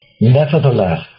nevertheless